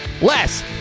Less